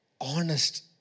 Honest